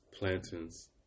Plantains